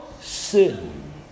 sin